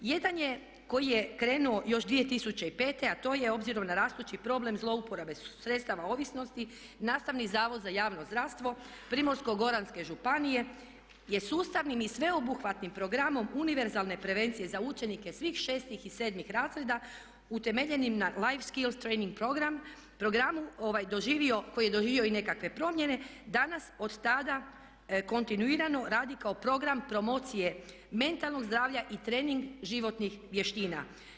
Jedan je koji je krenuo još 2005., a to je obzirom na rastući problem zlouporabe sredstava ovisnosti nastavni Zavod za javno zdravstvo Primorsko-goranske županije je sustavnim i sveobuhvatnim programom univerzalne prevencije za učenike svih šestih i sedmih razreda utemeljenim na life … [[Govornica se ne razumije.]] program, program koji je doživio i nekakve promjene, danas od tada kontinuirano radi kao program promocije mentalnog zdravlja i trening životnih vještina.